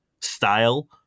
style